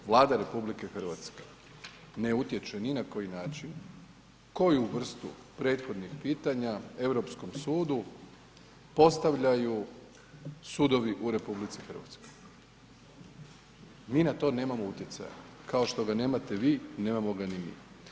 Vlada RH ne utječe ni na koji način koju vrstu prethodnih pitanja Europskom sudu postavljaju sudovi u RH, mi na to nemamo utjecaja, kao što ga nemate vi, nemamo ga ni mi.